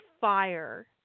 fire